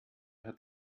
hat